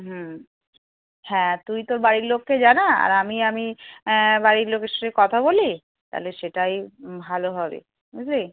হুম হ্যাঁ তুই তোর বাড়ির লোককে জানা আর আমি আমি বাড়ির লোকের সাথে কথা বলি তাহলে সেটাই ভালো হবে বুঝলি